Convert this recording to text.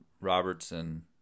Robertson